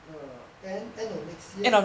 err end of next year